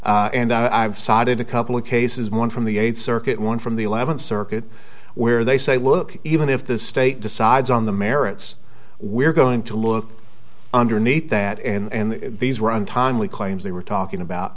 merits and i've cited a couple of cases one from the eighth circuit one from the eleventh circuit where they say look even if the state decides on the merits we're going to look underneath that and these were untimely claims they were talking about